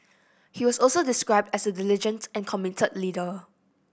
he was also described as a diligent and committed leader